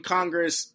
Congress